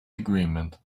agreement